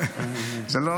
אתה יודע איך הוא רץ בכנסת?